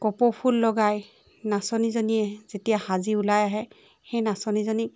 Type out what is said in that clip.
কপৌফুল লগাই নাচনীজনীয়ে যেতিয়া সাজি ওলাই আহে সেই নাচনীজনী